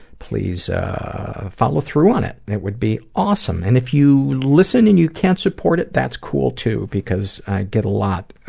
please follow through on it. it would be awesome, and if you listen in and you can't support it, that's cool too, because i get a lot